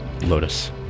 Lotus